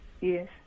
Yes